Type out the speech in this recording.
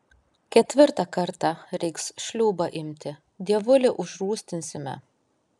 ketvirtą kartą reiks šliūbą imti dievulį užrūstinsime